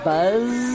Buzz